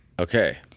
Okay